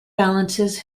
balances